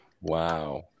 Wow